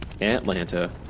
Atlanta